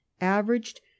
averaged